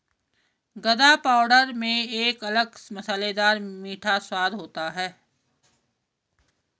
गदा पाउडर में एक अलग मसालेदार मीठा स्वाद होता है